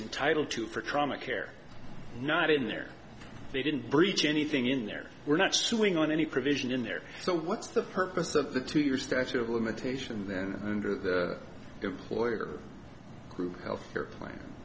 entitle to for trauma care not in there they didn't breach anything in there we're not suing on any provision in there so what's the purpose of the two years statue of limitations and or the employer group health care plan